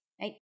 right